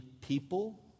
people